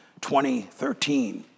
2013